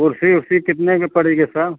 कुर्सी वुर्सी कितने की पड़ेगी सर